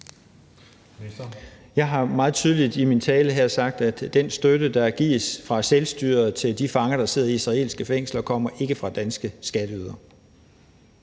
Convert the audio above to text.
Jeg har meget tydeligt i min tale her sagt, at den støtte, der gives fra selvstyret til de fanger, der sidder i israelske fængsler, ikke kommer fra danske skatteydere.